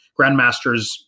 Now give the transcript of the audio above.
grandmasters